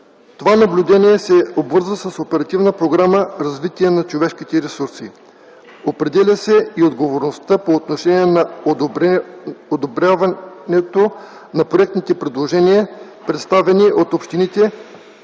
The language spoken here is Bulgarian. Това наблюдение се обвързва с Оперативна програма „Развитие на човешките ресурси”. Определя се и отговорността по отношение на одобряването на проектните предложения, представени от общините,